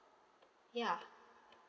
ya